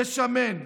ושָׁמֵן.